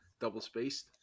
Double-spaced